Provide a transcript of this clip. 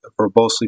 verbosely